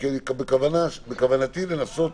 בכוונתי לנסות